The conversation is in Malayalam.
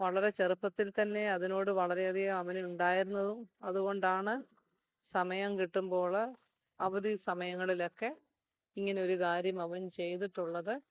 വളരെ ചെറുപ്പത്തിൽ തന്നെ അതിനോട് വളരെ അധികം അവന് ഉണ്ടായിരുന്നതും അതുകൊണ്ടാണ് സമയം കിട്ടുമ്പോള് അവധി സമയങ്ങളിലക്കെ ഇങ്ങനെ ഒരു കാര്യം അവൻ ചെയ്തിട്ടുള്ളത്